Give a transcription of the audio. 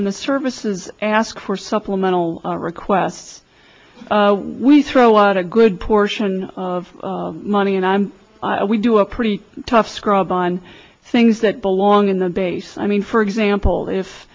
when the services ask for supplemental requests we throw out a good portion of money and i'm we do a pretty tough scrub on things that belong in the base i mean for example if